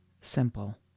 simple